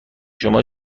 شما